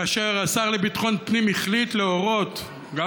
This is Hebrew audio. כאשר השר לביטחון פנים החליט להורות גם